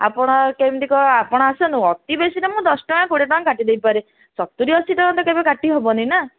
ଆପଣ କେମିତି କ'ଣ ଆପଣ ଆସନ୍ତୁ ଅତିବେଶୀରେ ମୁଁ ଦଶ ଟଙ୍କା କୋଡ଼ିଏ ଟଙ୍କା କାଟି ଦେଇ ପାରେ ସତୁରି ଅଶୀ ଟଙ୍କା ତ କେବେ କାଟି ହବନି ନା